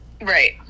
right